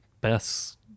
best